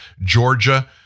Georgia